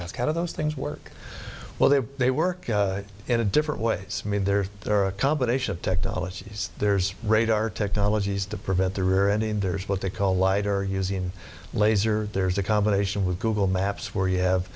ask how do those things work well they they work in a different ways i mean there are a combination of technologies there's radar technologies to prevent the rear end and there's what they call lighter using laser there's a combination with google maps where you have